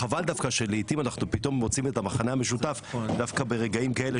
חבל דווקא שלעיתים אנחנו פתאום מוצאים את המכנה המשותף דווקא ברגעים כאלה